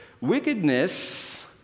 wickedness